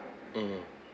mmhmm